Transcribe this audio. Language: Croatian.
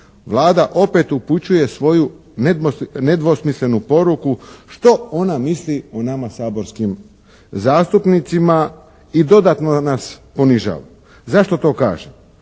Vlada opet upućuje svoju nedvosmislenu poruku što ona misli o nama saborskim zastupnicima i dodatno nas ponižava. Zašto to kažem?